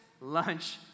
lunch